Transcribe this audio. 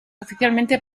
oficialmente